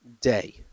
day